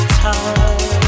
time